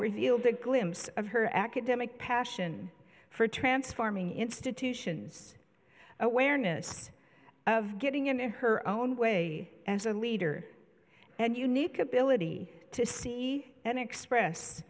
a glimpse of her academic passion for transforming institutions awareness of getting in her own way as a leader and unique ability to see and express